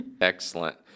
Excellent